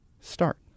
start